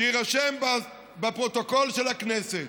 שיירשם בפרוטוקול של הכנסת